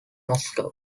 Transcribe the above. moscow